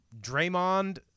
Draymond